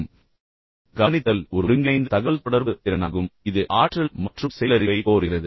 நல்ல கேட்பது என்பது சுறுசுறுப்பான ஒருங்கிணைந்த தகவல்தொடர்பு திறனாகும் இது ஆற்றலைக் கோருகிறது மற்றும் எப்படி என்பதை அறிந்துகொள்கிறது